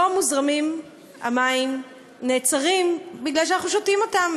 לא מוזרמים המים, נעצרים, מפני שאנחנו שותים אותם.